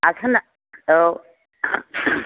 आसाना औ